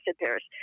Paris